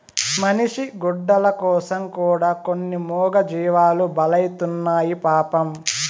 మనిషి గుడ్డల కోసం కూడా కొన్ని మూగజీవాలు బలైతున్నాయి పాపం